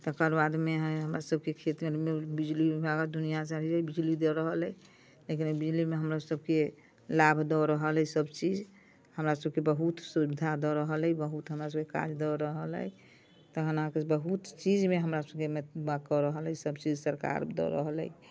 तेकर बादमे हमरा सबके खेतमे बिजली विभाग दुनिया सबसे बिजली दऽरहल अइ लेकिन एहि बिजलीमे हमरा सबके लाभ दऽ रहल अइ सब चीज हमरा सबके बहुत सुविधा दऽ रहल अइ बहुत हमरा सबके काज दऽ रहल अइ तहन अहाँके बहुत चीज मे हमरा सबके कऽ रहल अइ सब चीज सरकार दऽ रहल अइ